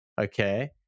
Okay